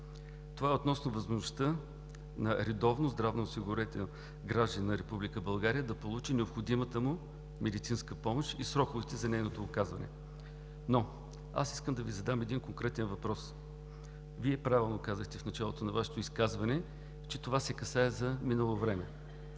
Това е относно възможността на редовно здравноосигурен гражданин на Република България да получи необходимата му медицинска помощ и сроковете за нейното оказване. Но аз искам да Ви задам един конкретен въпрос. Вие правилно казахте в началото на Вашето изказване, че това се касае за минало време.